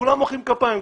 כולם מוחאים כפיים.